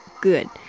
good